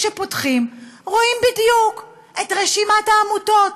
כשפותחים רואים בדיוק את רשימת העמותות.